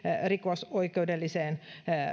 rikosoikeudelliseen